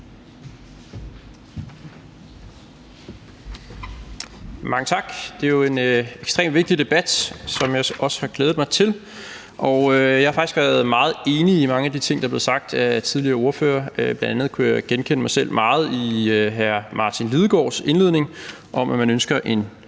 Mange tak. Det er jo en ekstremt vigtig debat, som jeg også har glædet mig til. Og jeg har faktisk været meget enig i mange af de ting, der tidligere er blevet sagt af ordførerne. Bl.a. kunne jeg genkende mig selv meget i hr. Martin Lidegaards indledning om, at man ønsker en